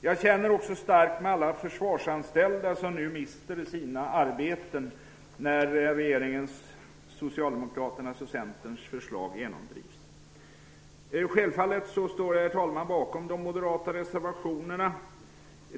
Jag känner också starkt med alla försvarsanställda som mister sina arbeten när Socialdemokraternas och Centerns förslag nu genomdrivs. Självfallet står jag, herr talman, bakom de moderata reservationerna.